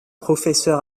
professeur